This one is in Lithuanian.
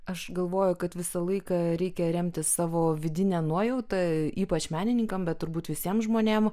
aš galvoju kad visą laiką reikia remtis savo vidine nuojauta ypač menininkam bet turbūt visiem žmonėm